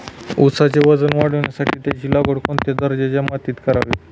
ऊसाचे वजन वाढवण्यासाठी त्याची लागवड कोणत्या दर्जाच्या मातीत करावी?